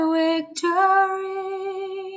victory